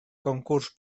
concurs